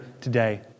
today